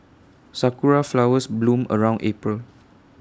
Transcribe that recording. Sakura Flowers bloom around April